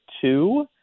two